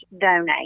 donate